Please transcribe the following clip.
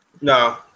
no